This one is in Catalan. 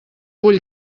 vull